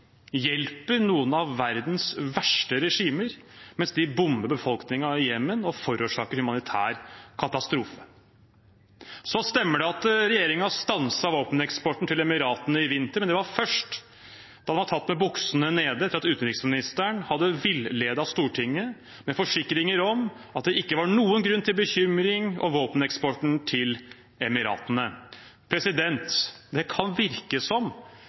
hjelper noen av verdens verste regimer mens de bomber befolkningen i Jemen og forårsaker humanitær katastrofe. Så stemmer det at regjeringen stanset våpeneksporten til Emiratene i vinter, men det var først da de var tatt med buksene nede etter at utenriksministeren hadde villedet Stortinget med forsikringer om at det ikke var noen grunn til bekymring om våpeneksporten til Emiratene. Det kan virke som